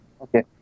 Okay